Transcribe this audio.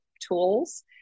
tools